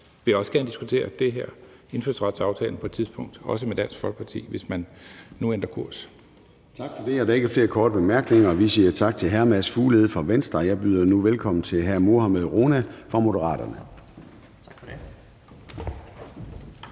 og vil også gerne diskutere det her – indfødsretsaftalen – på et tidspunkt også med Dansk Folkeparti, hvis man nu ændrer kurs. Kl. 17:20 Formanden (Søren Gade): Tak for det. Der er ikke flere korte bemærkninger. Vi siger tak til hr. Mads Fuglede fra Venstre. Og jeg byder nu velkommen til hr. Mohammad Rona fra Moderaterne.